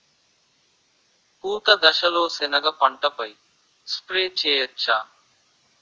పూత దశలో సెనగ పంటపై స్ప్రే చేయచ్చా?